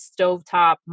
stovetop